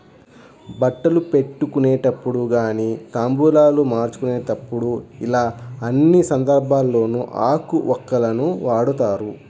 బట్టలు పెట్టుకునేటప్పుడు గానీ తాంబూలాలు మార్చుకునేప్పుడు యిలా అన్ని సందర్భాల్లోనూ ఆకు వక్కలను వాడతారు